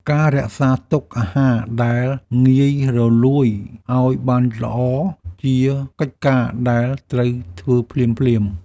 ការរក្សាទុកអាហារដែលងាយរលួយឱ្យបានល្អ ជាកិច្ចការដែលត្រូវធ្វើភ្លាមៗ។